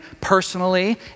personally